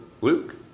Luke